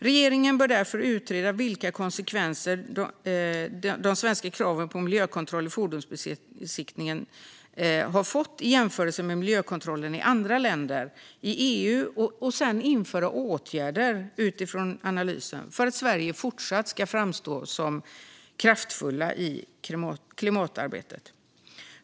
Regeringen bör därför utreda vilka konsekvenser de svenska kraven på miljökontroll vid fordonsbesiktningen har fått i jämförelse med miljökontrollen i andra länder i EU och sedan införa åtgärder utifrån analysen för att Sverige fortsatt ska framstå som kraftfullt i klimatarbetet.